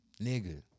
Nigga